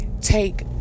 take